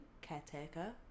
caretaker